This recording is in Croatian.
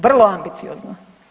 Vrlo ambiciozno.